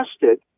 tested